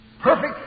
perfect